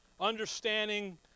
Understanding